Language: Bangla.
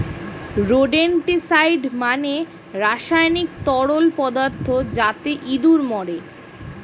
রোডেনটিসাইড মানে রাসায়নিক তরল পদার্থ যাতে ইঁদুর মরে